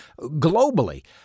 globally